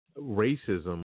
racism